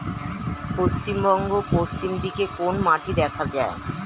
পশ্চিমবঙ্গ পশ্চিম দিকে কোন মাটি দেখা যায়?